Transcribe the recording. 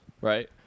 right